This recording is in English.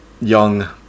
young